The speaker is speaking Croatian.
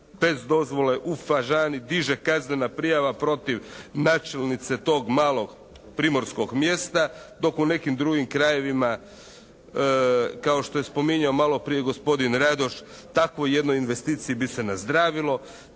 bez dozvole u Fažani diže kaznena prijava protiv načelnice tog malog primorskog mjesta dok u nekim drugim krajevima kao što je spominjao malo prije gospodin Radoš, takvoj jednoj investiciji bi se nazdravilo.